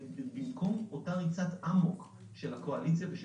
במקום אותה ריצת אמוק של הקואליציה ושל